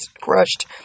crushed